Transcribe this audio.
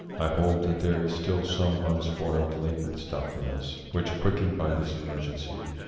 i hold that there is still some unspoiled latent stuff in us which, quickened by this emergency,